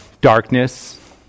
darkness